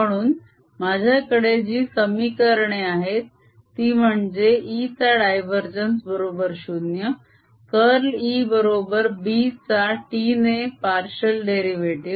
म्हणून माझ्याकडे जी समीकरणे आहेत ती म्हणजे E चा डायवरजेन्स बरोबर 0 कर्ल E बरोबर B चा t ने पार्शिअल डेरीवेटीव